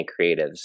creatives